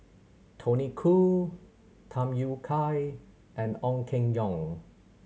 Tony Khoo Tham Yui Kai and Ong Keng Yong